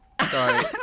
Sorry